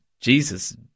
Jesus